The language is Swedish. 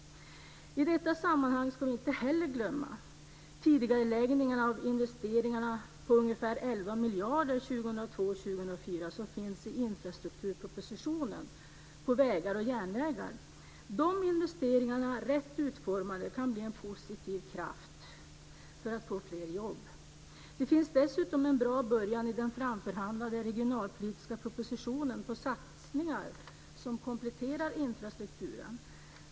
Vi ska inte heller glömma de tidigareläggningar av investeringar på ca 11 miljarder 2002-2004 som finns i infrastrukturpropositionen när det gäller vägar och järnvägar. Dessa investeringar, rätt utformade, kan bli en positiv kraft för att man ska få fram fler jobb. Det finns dessutom en bra början i den framförhandlade regionalpolitiska propositionen på satsningar som kompletterar infrastrukturen.